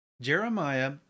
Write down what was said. Jeremiah